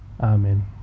Amen